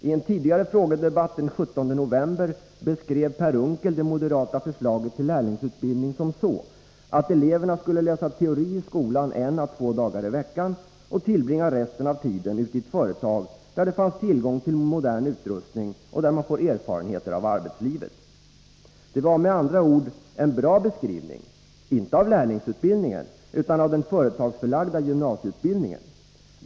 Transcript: I en tidigare frågedebatt, den 17 november, beskrev Per Unckel det moderata förslaget till lärlingsutbildning som så, att eleverna skulle läsa teori iskolan 1å 2 dagar i veckan och tillbringa resten av tiden ute i ett företag, där det finns tillgång till modern utrustning och där man får erfarenheter av arbetslivet. Det var med andra ord en bra beskrivning, inte av lärlingsutbildningen, utan av den företagsförlagda gymnasieutbildningen.